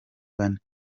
bane